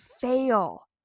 fail